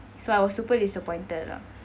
so I was super disappointed lah